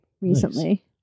recently